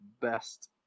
best